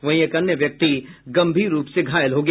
वहीं एक अन्य व्यक्ति गंभीर रूप से घायल हो गया